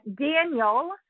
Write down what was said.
Daniel